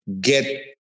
get